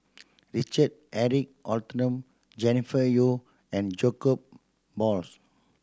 Richard Eric Holttum Jennifer Yeo and Jacob Balls